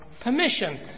permission